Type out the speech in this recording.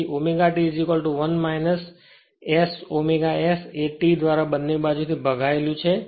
જુઓ તેથી ω T 1 S ω S એ T દ્વારા બંને બાજુથી ભાગાયેલું છે